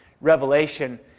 Revelation